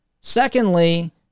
secondly